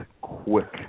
quick